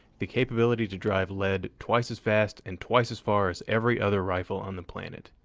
the capability to drive lead twice as fast and twice as far as every other rifle on the planet.